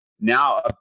now